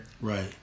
Right